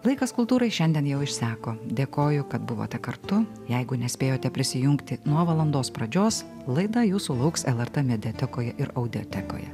laikas kultūrai šiandien jau išseko dėkoju kad buvote kartu jeigu nespėjote prisijungti nuo valandos pradžios laida jūsų lauks lrt mediatekoje ir audiotekoje